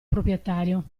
proprietario